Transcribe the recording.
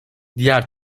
diğer